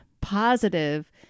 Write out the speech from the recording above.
positive